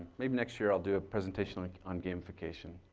maybe next year i'll do a presentation like on gamification.